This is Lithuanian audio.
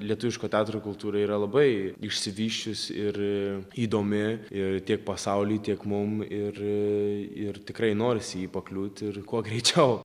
lietuviško teatro kultūra yra labai išsivysčius ir įdomi ir tiek pasauliui tiek mum ir ir tikrai norisi į jį pakliūt ir kuo greičiau